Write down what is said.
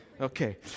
Okay